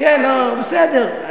בסדר.